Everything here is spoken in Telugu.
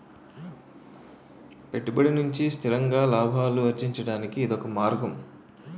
పెట్టుబడి నుంచి స్థిరంగా లాభాలు అర్జించడానికి ఇదొక మార్గం